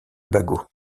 bagot